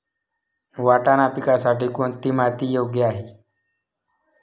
वाटाणा पिकासाठी कोणती माती योग्य आहे?